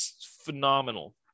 phenomenal